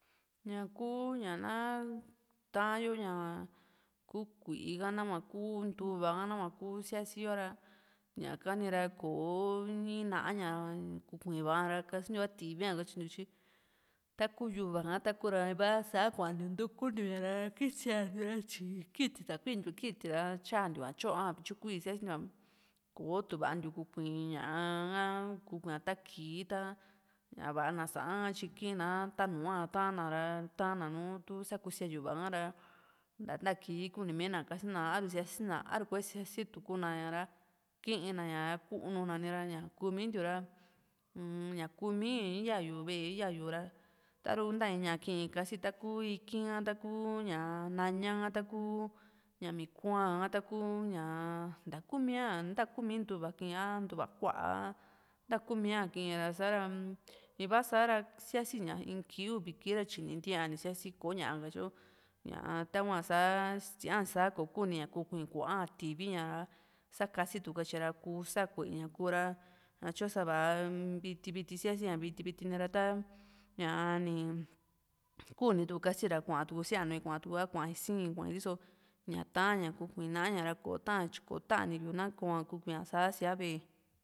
ñaa kuu ña ná ta´an yo ña kuu kui´i ka nahua ku ntuva ka nahua kuu siasíyo ra ñaka ni ra kó´o iin ná´ña kuívaa ra kasintiu a tivi´a katyintiu tyi taku yuva ha taku ra iva sá kuantiu ntuku ntíuña ra kisíantiu ra tyi kiti takuintiu kiti ra tyantiu ña a tyo´a vityu kuíi siasíntiu´a kò´o tuvantiu kúkui ñá´a ka kúkuii ña ta kii ta ña va´a ná sáan ka tyi kiina tanúa ta´na ta´na nú tu sakusia yu´va ka ra nta ntáki kuni mina kasina a´ru siasína a´ru kò´o siasítuku na ña ra kiína ña ra kúnuna ñá nira ña kumintiu ra ñá kúumí ya´yu ve´e ya´yu ra taru ntá íña kii kasi taku iki´n ha taku ña naña ha taku ñamí kua´n ha taku ñaa ntakúmia ntakúmii ntuva ki a ntuva ku´a a ntakúmia kii ra sa´ra iva sa´ra síasi ña in kii uvi kii ra tyini ntiá ni siasí kò´ña ka tyo ñaa tahua sá sía´nsá kò´o kuni kukui´nkuaa tivi ña ra sá kasituku katyiyu ra kuu sá ku´e ña kura ñatyo savá viti viti siasí ña viti viti ni ra tá ña´a ni kúni tuku kasira kuatuku síanu a kuaí sii´n kua´i riso ña taa´n ña kukuí na´a ñara kotan ña tyi kotanii na ko´a sá kukuiña sa síaa ve´e